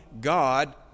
God